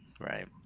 right